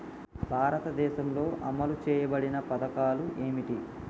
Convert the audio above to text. భారతదేశంలో అమలు చేయబడిన పథకాలు ఏమిటి?